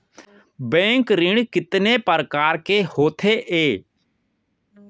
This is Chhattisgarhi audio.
बैंक ऋण कितने परकार के होथे ए?